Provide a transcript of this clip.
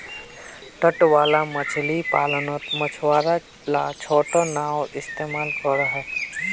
तट वाला मछली पालानोत मछुआरा ला छोटो नओर इस्तेमाल करोह